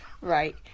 Right